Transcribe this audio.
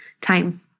time